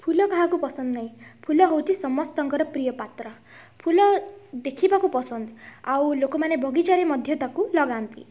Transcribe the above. ଫୁଲ କାହାକୁ ପସନ୍ଦ ନାଇଁ ଫୁଲ ହେଉଛି ସମସ୍ତଙ୍କର ପ୍ରିୟପାତ୍ର ଫୁଲ ଦେଖିବାକୁ ପସନ୍ଦ ଆଉ ଲୋକମାନେ ବଗିଚାରେ ମଧ୍ୟ ତାକୁ ଲଗାନ୍ତି